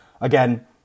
again